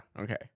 Okay